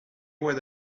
what